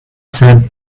said